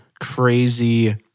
crazy